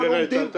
גברת,